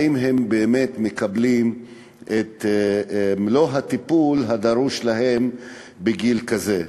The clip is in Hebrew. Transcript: האם הם באמת מקבלים את מלוא הטיפול הדרוש להם בגיל כזה?